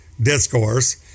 discourse